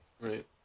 right